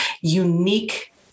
unique